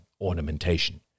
ornamentation